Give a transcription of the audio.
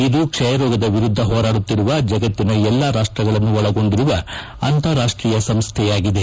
ಇದು ಕ್ಷಯ ರೋಗದ ವಿರುದ್ದ ಹೋರಾಡುತ್ತಿರುವ ಜಗತ್ತಿನ ಎಲ್ಲಾ ರಾಷ್ಸಗಳನ್ನು ಒಳಗೊಂಡಿರುವ ಅಂತಾರಾಷ್ನೀಯ ಸಂಸ್ವೆಯಾಗಿದೆ